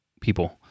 people